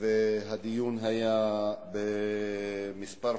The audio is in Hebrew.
אורי אורבך, אריה אלדד ומסעוד